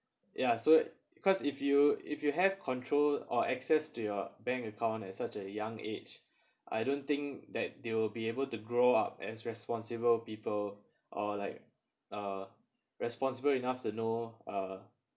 ya so cause if you if you have control or access to your bank account at such a young age I don't think that they will be able to grow up as responsible people or like uh responsible enough to know uh